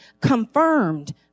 confirmed